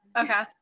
Okay